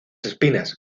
espinas